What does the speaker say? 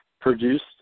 produced